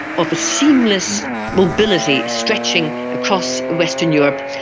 of a seamless mobility stretching across western europe,